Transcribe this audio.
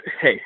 hey